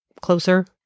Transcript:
closer